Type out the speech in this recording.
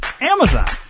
Amazon